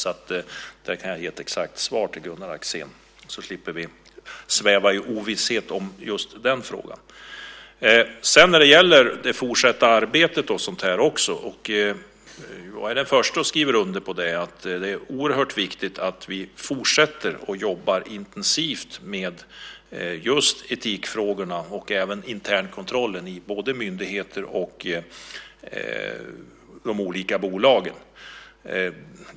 Där kan jag alltså ge ett exakt svar till Gunnar Axén så att vi slipper sväva i ovisshet om just den frågan. När det gäller det fortsatta arbetet är jag den första att skriva under på att det är oerhört viktigt att vi fortsätter att jobba intensivt med just etikfrågorna och även frågorna om internkontrollen i både myndigheter och de olika bolagen.